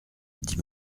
dit